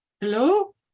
Hello